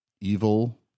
evil